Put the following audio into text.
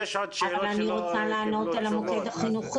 יש עוד שאלות שלא -- אבל אני רוצה לענות על המוקד החינוכי.